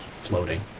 floating